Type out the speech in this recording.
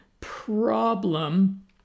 problem